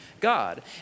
god